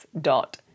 dot